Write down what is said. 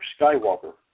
Skywalker